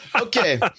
Okay